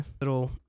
little